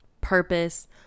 purpose